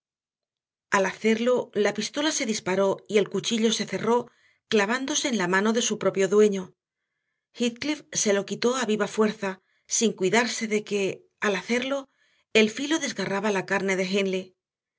al hacerlo la pistola se disparó y el cuchillo se cerró clavándose en la mano de su propio dueño heathcliff se lo quitó a viva fuerza sin cuidarse de que al hacerlo el filo desgarraba la carne